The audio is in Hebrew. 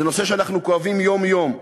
זה נושא שאנחנו כואבים יום-יום.